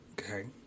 okay